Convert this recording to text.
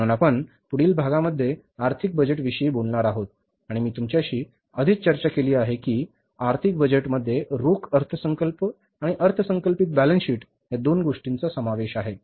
म्हणून आपण पुढील भागामध्ये आर्थिक बजेटविषयी बोलणार आहोत आणि मी तुमच्याशी आधीच चर्चा केली आहे की आर्थिक बजेटमध्ये रोख अर्थसंकल्प आणि अर्थसंकल्पित बॅलन्स शीट या दोन गोष्टींचा समावेश आहे